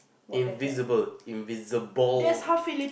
invisible invisible